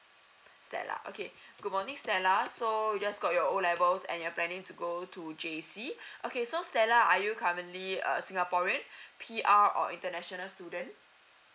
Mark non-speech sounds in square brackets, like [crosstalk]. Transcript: stella okay [breath] good morning stella so you just got your O levels and you are planning to go to J_C [breath] okay so stella are you currently a singaporean [breath] P_ R or international student